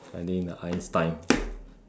I think the Einstein